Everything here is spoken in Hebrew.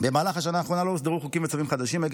במהלך השנה האחרונה לא הוסדרו חוקים וצווים חדשים עקב